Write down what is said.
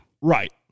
Right